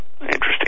Interesting